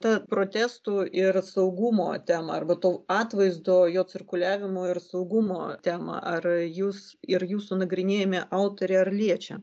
ta protestų ir saugumo tema arba to atvaizdo jo cirkuliavimo ir saugumo tema ar jūs ir jūsų nagrinėjami autoriai ar liečia